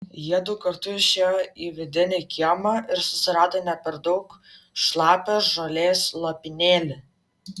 jiedu kartu išėjo į vidinį kiemą ir susirado ne per daug šlapią žolės lopinėlį